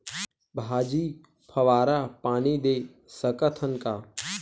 भाजी फवारा पानी दे सकथन का?